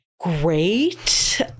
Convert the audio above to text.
great